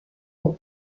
aux